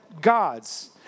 gods